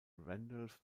randolph